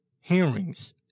hearings